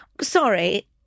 sorry